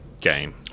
game